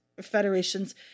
federations